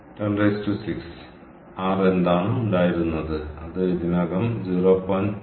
5 x106 R എന്താണ് ഉണ്ടായിരുന്നത് അത് ഇതിനകം 0